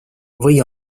või